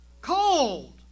cold